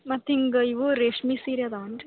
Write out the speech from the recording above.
ಮತ್ತು ಹಿಂಗ್ ಇವು ರೇಷ್ಮೆ ಸೀರೆ ಅದಾವೇನ್ ರೀ